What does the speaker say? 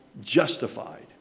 justified